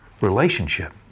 relationship